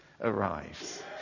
arrives